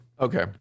okay